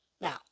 Now